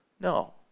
No